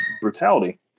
Brutality